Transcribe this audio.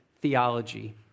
theology